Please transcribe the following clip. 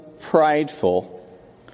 prideful